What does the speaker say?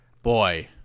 Boy